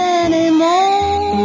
anymore